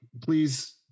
please